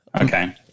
Okay